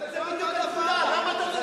אבל זו בדיוק הנקודה: למה אתה,